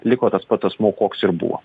liko tas pats asmuo koks ir buvo